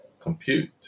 compute